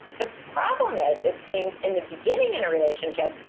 the problem is, it seems in the beginning in a relationship,